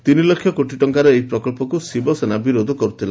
ତିନି ଲକ୍ଷ କୋଟି ଟଙ୍କାର ଏହି ପ୍ରକଳ୍ପକୁ ଶିବସେନା ବିରୋଧ କରୁଥିଲା